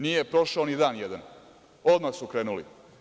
Nije prošao ni dan jedan, odmah su krenuli.